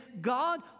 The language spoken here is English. God